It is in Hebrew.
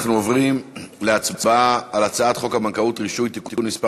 אנחנו עוברים להצבעה על הצעת חוק הבנקאות (רישוי) (תיקון מס'